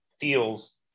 feels